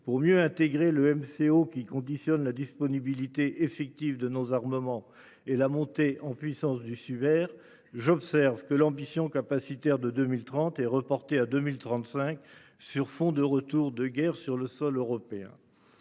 Pour mieux intégrer le MCO qui conditionne la disponibilité effective de nos armements et la montée en puissance du suaire. J'observe que l'ambition capacitaire de 2030 est reportée à 2035, sur fond de retour de guerre sur le sol européen.